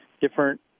different